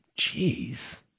Jeez